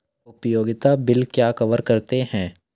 उपयोगिता बिल क्या कवर करते हैं?